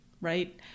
right